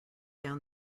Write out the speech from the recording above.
down